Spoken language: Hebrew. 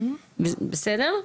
בסדר?